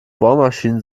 bohrmaschinen